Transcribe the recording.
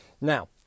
Now